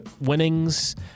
winnings